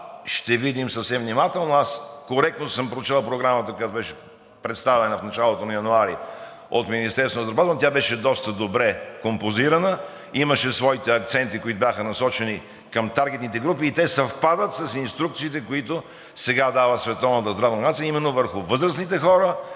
ще видим съвсем внимателно. Аз коректно съм прочел програмата – тя беше представена в началото на януари от Министерството на здравеопазването, тя беше доста добре композирана, имаше своите акценти, насочени към таргетните групи, и те съвпадат с инструкциите, които сега дава Световната здравна